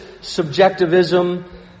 subjectivism